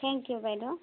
thank you বাইদেউ